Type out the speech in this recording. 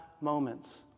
moments